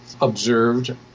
observed